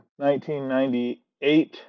1998